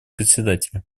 председателя